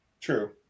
True